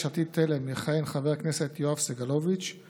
עתיד-תל"ם יכהן חבר הכנסת יואב סגלוביץ';